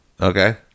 Okay